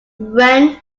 when